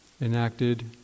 enacted